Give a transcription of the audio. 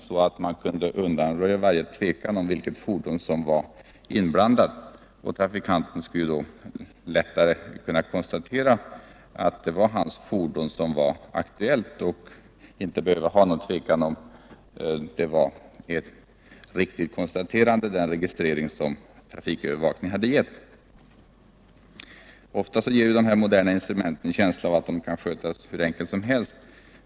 På så sätt kunde man undanröja varje tvivel om vilket fordon som var inblandat, och trafikanten skulle där kunna konstatera att det var hans fordon som var aktuellt och inte behöva hysa något tvivel om att den registrering som trafikövervakningen hade gett var riktig. Ofta inger de moderna instrumenten en känsla av att de kan skötas hur enkelt som helst.